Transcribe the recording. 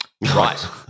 Right